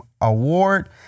award